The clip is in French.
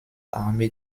armée